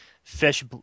Fish